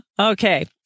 Okay